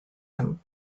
him